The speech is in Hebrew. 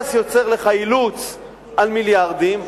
הטייס יוצר לך אילוץ על מיליארדים,